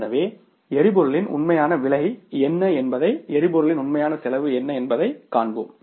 எனவே எரிபொருளின் உண்மையான விலை என்ன என்பதை எரிபொருளின் உண்மையான செலவு என்ன என்பதைக் காண்போம்